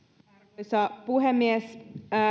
arvoisa puhemies